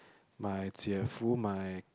my Jie-Fu my